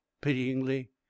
pityingly